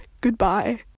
Goodbye